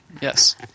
Yes